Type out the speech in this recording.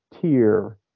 tier